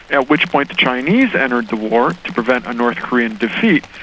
at which point the chinese entered the war to prevent a north korean defeat,